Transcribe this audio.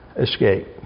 escape